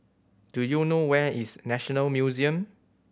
do you know where is National Museum